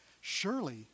Surely